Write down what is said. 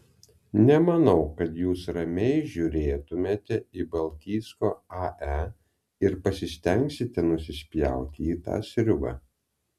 nemanau kad jūs ramiai žiūrėtumėte į baltijsko ae ir pasistengsite nusispjauti į tą sriubą